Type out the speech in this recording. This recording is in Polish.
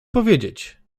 powiedzieć